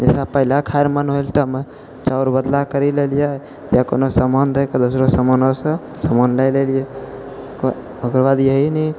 जइसे पहिले खाइ रऽ मोन भेल तऽ चाउर बदला करि लेलिए या कोनो समान दऽ कऽ दोसरो समानोसँ समान लऽ लेलिए ओकर बाद इएह नहि